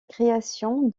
création